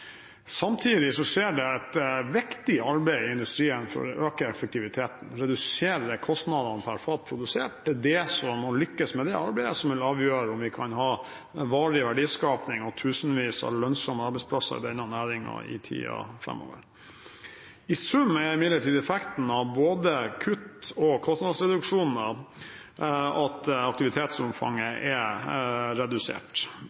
Samtidig skjer det et viktig arbeid i industrien for å øke effektiviteten og redusere kostnadene per fat produsert. Å lykkes med det arbeidet er det som vil avgjøre om vi kan ha varig verdiskaping og tusenvis av lønnsomme arbeidsplasser i denne næringen i tiden framover. I sum er imidlertid effekten av både kutt og kostnadsreduksjoner at